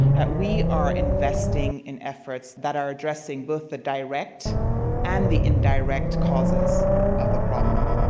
we are investing in efforts that are addressing both the direct and the indirect causes of the problem.